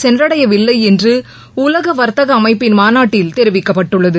சென்றடையவில்லை என்று உலக வர்த்தக மாநாட்டில் தெரிவிக்கப்பட்டுள்ளது